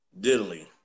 diddly